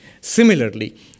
Similarly